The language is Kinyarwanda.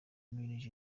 muri